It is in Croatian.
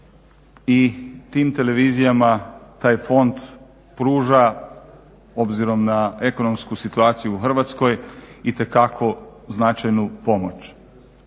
i tim televizijama taj fond pruža obzirom na ekonomsku situaciju u Hrvatskoj itekako značajnu pomoć.